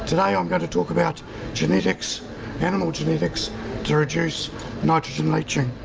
today i'm going to talk about genetics animal genetics to reduce nitrogen leaching.